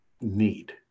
need